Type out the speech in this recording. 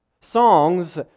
Songs